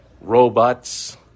robots